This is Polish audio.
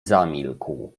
zamilkł